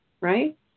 right